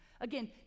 Again